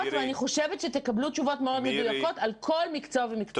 אני חושבת שתקבלו תשובות מאוד מדויקות על כל מקצוע ומקצוע שתרצו.